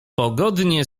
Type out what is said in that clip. pogodnie